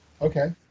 okay